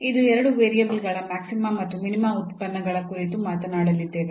ಇದು ಎರಡು ವೇರಿಯೇಬಲ್ಗಳ ಮ್ಯಾಕ್ಸಿಮಾ ಮತ್ತು ಮಿನಿಮಾ ಉತ್ಪನ್ನಗಳ ಕುರಿತು ಮಾತನಾಡಲಿದ್ದೇವೆ